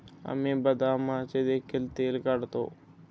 आम्ही बदामाचे देखील तेल काढतो